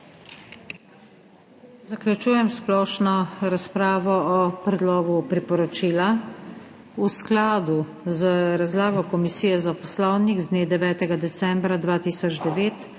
Zaključujem splošno razpravo o predlogu priporočila. V skladu z razlago Komisije za poslovnik z dne 9. decembra 2009,